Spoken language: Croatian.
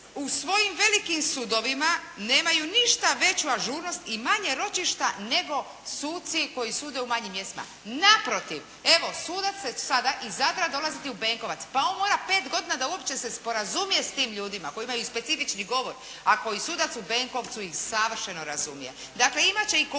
u svojim velikim sudovima nemaju ništa veću ažurnost i manje ročišta nego suci koji sude u manjim mjestima. Naprotiv evo sudac će sada iz Zadra dolaziti u Benkovac. Pa on mora pet godina da uopće se sporazumije s tim ljudima, koji imaju specifični govor, a koji sudac u Benkovcu ih savršeno razumije. Dakle, imat će i komunikacijski